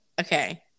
Okay